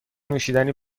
نوشیدنی